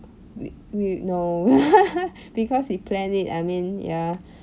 we we no because we planned it I mean ya